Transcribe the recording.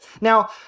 Now